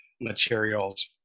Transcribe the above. materials